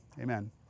amen